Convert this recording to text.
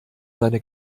seine